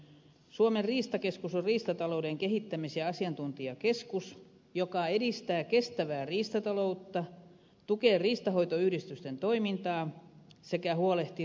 suomen riistakeskus on riistatalouden kehittämis ja asiantuntijakeskus joka edistää kestävää riistataloutta tukee riistanhoitoyhdistysten toimintaa sekä huolehtii riistapolitiikan toimeenpanosta